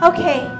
Okay